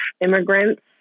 immigrants